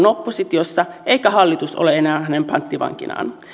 oppositiossa eikä hallitus ole enää hänen panttivankinaan